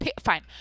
fine